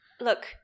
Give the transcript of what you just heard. Look